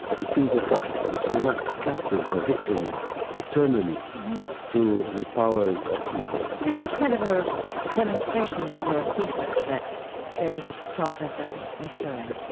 that things are possible, that we're not captives or victims eternally to the powers of evil it is kind of a demonstration of your thesis that there is a process of maturing.